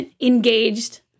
engaged